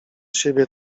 siebie